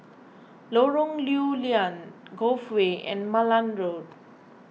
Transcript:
Lorong Lew Lian Cove Way and Malan Road